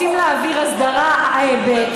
רוצים להעביר הסדרה ב',